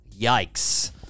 yikes